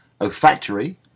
olfactory